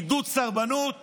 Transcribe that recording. עידוד סרבנות